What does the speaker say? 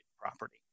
property